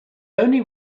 only